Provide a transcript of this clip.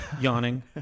yawning